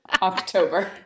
October